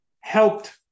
helped